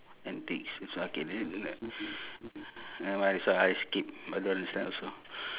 antics this one okay t~ nevermind this one I skip I don't understand also